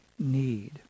need